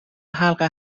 حلقه